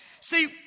See